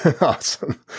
Awesome